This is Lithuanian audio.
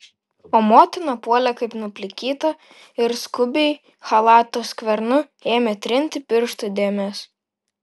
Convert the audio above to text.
o motina puolė kaip nuplikyta ir skubiai chalato skvernu ėmė trinti pirštų dėmes